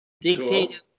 dictator